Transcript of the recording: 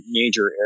major